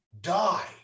die